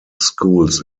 schools